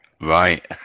Right